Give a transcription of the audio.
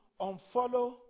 unfollow